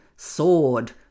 Sword